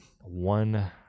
one